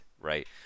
right